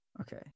Okay